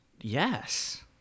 Yes